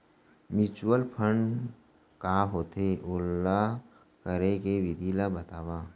mutual fund का होथे, ओला करे के विधि ला बतावव